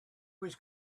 was